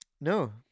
No